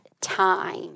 time